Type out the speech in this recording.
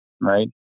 right